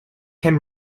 can